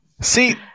see